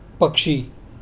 पक्षी